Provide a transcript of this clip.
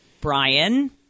Brian